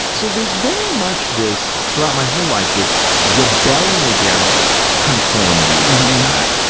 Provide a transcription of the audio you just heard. so there's very much this, throughout my whole life, this rebelling against conformity like that,